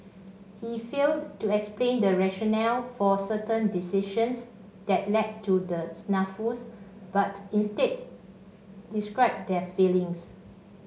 he failed to explain the rationale for certain decisions that led to the snafus but instead described their failings